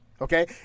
okay